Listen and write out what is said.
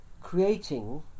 creating